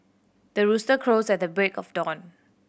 the rooster crows at the break of dawn